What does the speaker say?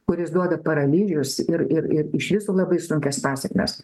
kuris duoda paralyžius ir ir ir iš viso labai sunkias pasekmes